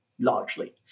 largely